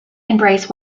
embrace